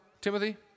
Timothy